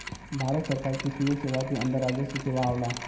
भारत सरकार के सिविल सेवा के अंदर राजस्व सेवा आवला